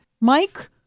Mike